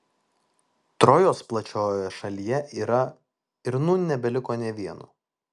trojos plačiojoje šalyje yra ir nūn nebeliko nė vieno